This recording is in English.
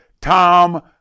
Tom